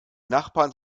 nachbarn